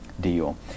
deal